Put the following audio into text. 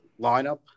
lineup